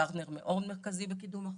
פרטנר מאוד מרכזי בקידום החוק,